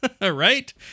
right